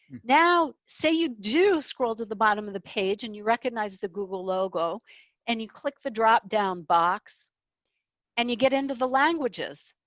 now, say you do scroll to the bottom of the page and you recognize the google logo and you click the drop down box and you get into the languages,